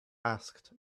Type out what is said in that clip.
asked